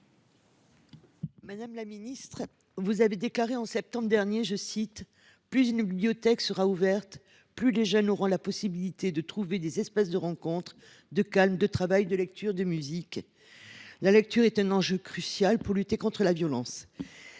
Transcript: Madame la ministre, vous avez déclaré au mois de septembre dernier :« Plus une bibliothèque sera ouverte […], plus les jeunes auront des possibilités de trouver des espaces de rencontres, de calme, de travail, de lecture, de musique. […] La lecture est un enjeu crucial pour lutter contre la violence. »